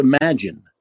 imagine